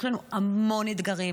יש לנו המון אתגרים.